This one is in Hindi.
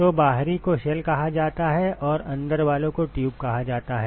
तो बाहरी को शेल कहा जाता है और अंदर वाले को ट्यूब कहा जाता है